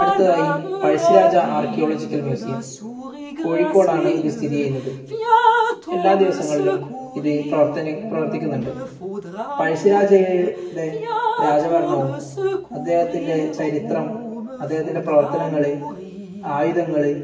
അടുത്തയായി Pazhassi Raja archaeological museum കോഴിക്കോടാണ് ഇത് സ്ഥിതി ചെയ്യുന്നത് എല്ലാ ദിവസങ്ങളിലും ഇത് പ്രവർത്തന പ്രവർത്തിക്കുന്നുണ്ട് പഴശ്ശിരാജയുടെ രാജ ഭരണവും അദ്ദേഹത്തിൻ്റെ ചരിത്രം അദ്ദേഹത്തിൻ്റെ പ്രവർത്തനങ്ങൾ ആയുധങ്ങൾ